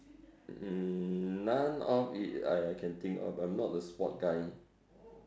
mm none of it I can think of I'm not a sport guy